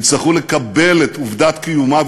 יצטרכו לקבל את עובדת קיומה,